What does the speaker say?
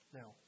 now